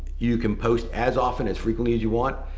you can post as often, as frequently as you want.